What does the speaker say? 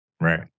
Right